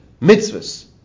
mitzvahs